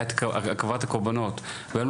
הייתה הקרבת הקורבנות והיום,